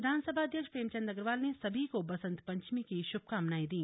विधानसभा अध्यक्ष प्रेम चंद अग्रवाल ने सभी को बसंत पंचमी की शुभकामनाएं दी